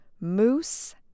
moose